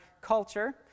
culture